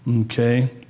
Okay